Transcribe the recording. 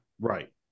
right